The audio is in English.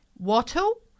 wattle